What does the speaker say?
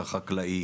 החקלאי.